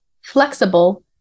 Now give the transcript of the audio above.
flexible